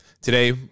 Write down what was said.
Today